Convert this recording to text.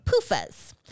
PUFAs